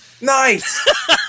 Nice